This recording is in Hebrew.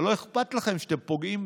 אבל לא אכפת לכם שאתם פוגעים